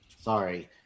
Sorry